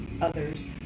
others